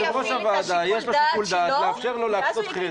ליושב-ראש הוועדה יש שיקול דעת לאפשר לו להקצות חדר עם "זום".